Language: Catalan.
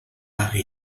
pague